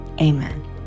Amen